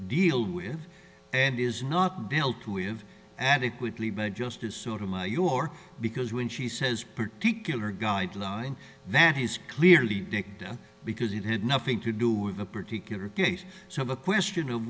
deal with and is not dealt with adequately by justice sort of my your because when she says particular guideline that he's clearly dicta because it had nothing to do with the particular case so the question of